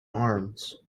arms